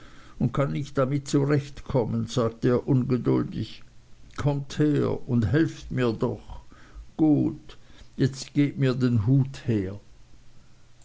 und kann nicht damit zurechtkommen sagte er ungeduldig kommt her und helft mir doch gut jetzt gebt mir den hut her